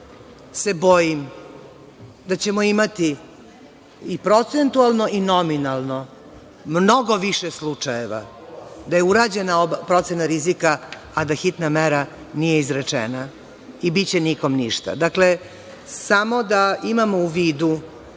se bojim da ćemo imati, i procentualno i nominalno, mnogo više slučajeva gde je urađena procena rizika, a da hitna mera nije izrečena i biće nikom ništa. Dakle, samo da imamo u vidu